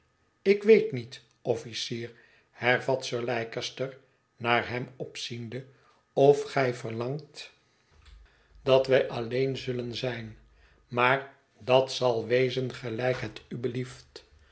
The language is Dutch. ik weet niet officier hervat sir leicester naar hem opziende of gij verlangt dat wij tiet verlaten huis alleen zullen zijn maar dat zal wezen gelijk het